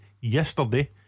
yesterday